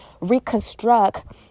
reconstruct